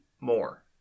more